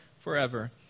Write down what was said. forever